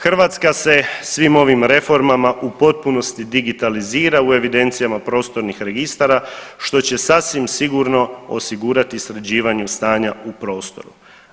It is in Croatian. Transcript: Hrvatska se svim ovim reformama u potpunosti digitalizira u evidencijama prostornih registara što će sasvim sigurno osigurati sređivanje stanja u prostoru.